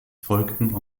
folgten